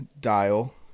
dial